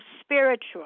spiritual